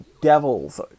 devils